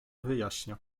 wyjaśnia